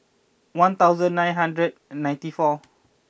one thousand nine hundred ninety four